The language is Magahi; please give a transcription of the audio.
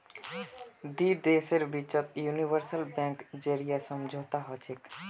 दी देशेर बिचत यूनिवर्सल बैंकेर जरीए समझौता हछेक